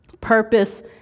purpose